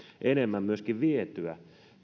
enemmän myöskin vietyä